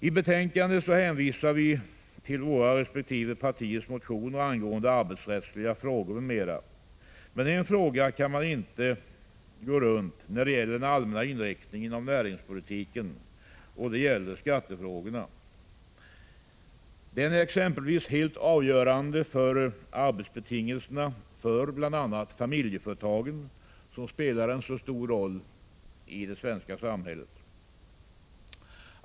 I betänkandet hänvisas till våra resp. partiers motioner angående arbets — Prot. 1985/86:124 rättsliga frågor m.m. Men en fråga kan man inte gå runt när det gäller den — 23 april 1986 allmänna inriktningen av näringspolitiken, och den frågan gäller skattepolitiken. Den är exempelvis helt avgörande för arbetsbetingelserna för bl.a. familjeföretagen, som spelar en så stor roll i det svenska samhället.